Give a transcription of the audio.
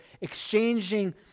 exchanging